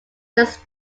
this